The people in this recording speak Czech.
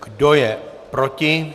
Kdo je proti?